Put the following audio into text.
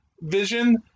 vision